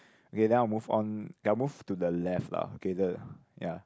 okay then I'll move on I'll move to the left lah okay the ya